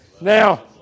Now